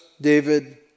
David